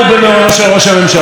בין השאר על תיק 4000,